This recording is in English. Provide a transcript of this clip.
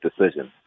decision